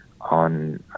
on